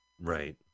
Right